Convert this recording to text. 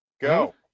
Go